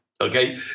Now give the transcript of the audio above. okay